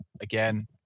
Again